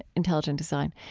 intelligent design.